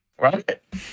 Right